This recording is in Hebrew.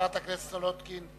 חברת הכנסת מרינה סולודקין.